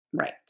Right